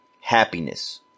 happiness